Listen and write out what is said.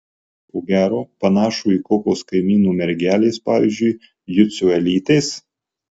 ko gero panašų į kokios kaimynų mergelės pavyzdžiui jucio elytės